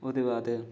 ओह्दे बाद